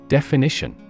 Definition